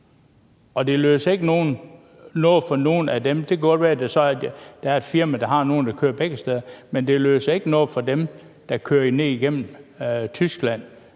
det løser ikke noget for nogen af dem, der kører ned igennem Tyskland.